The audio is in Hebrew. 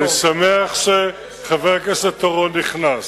אני שמח שחבר הכנסת אורון נכנס.